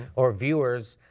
or viewers,